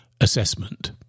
assessment